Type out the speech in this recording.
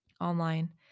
online